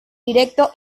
directo